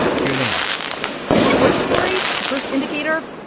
here they are and the first story, the first indicator,